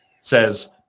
says